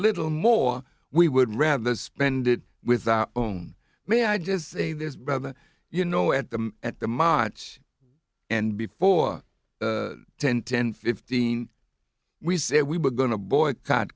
little more we would rather spend it with our own may i just say this rather you know at the at the monch and before ten ten fifteen we said we were going to boycott